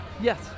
Yes